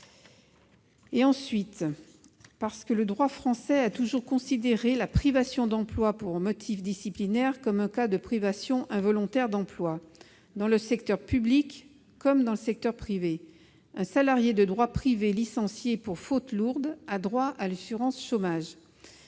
même nature. Par ailleurs, le droit français a toujours considéré la privation d'emploi pour motif disciplinaire comme un cas de privation involontaire d'emploi, dans le secteur public comme dans le secteur privé. Un salarié de droit privé licencié pour faute lourde a droit à l'assurance chômage